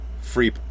Free